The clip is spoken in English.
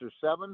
seven